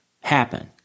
happen